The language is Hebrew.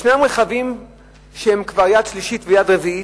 יש רכבים שהם כבר יד שלישית ויד רביעית,